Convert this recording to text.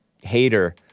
hater